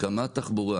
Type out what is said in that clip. כקמ"ן תחבורה,